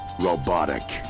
Robotic